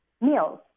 meals